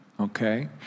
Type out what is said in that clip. Okay